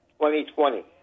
2020